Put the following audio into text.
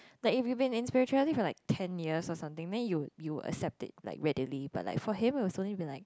like if you been in spirituality for like ten years or something then you you will accept it like readily but like for him it's only been like